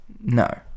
No